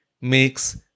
makes